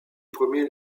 premier